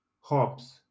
hops